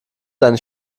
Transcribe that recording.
seine